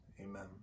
amen